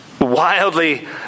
wildly